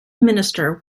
minister